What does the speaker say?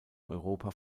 europa